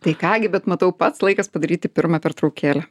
tai ką gi bet matau pats laikas padaryti pirmą pertraukėlę